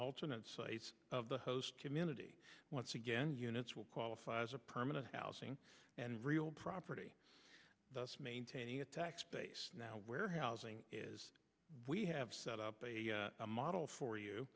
alternate sites of the host community once again units will qualify as a permanent housing and real property thus maintaining a tax base now where housing is we have set up a model for you